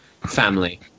family